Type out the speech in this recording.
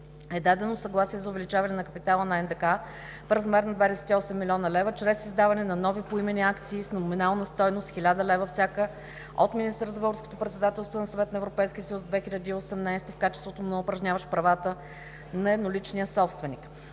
е дадено съгласие за увеличаване на капитала на НДК в размер на 28 милиона лв. чрез издаване на нови поименни акции с номинална стойност 1000 лв. всяка от министъра за българското председателство на Съвета на Европейския съюз 2018 в качеството му упражняващ правата на едноличния собственик.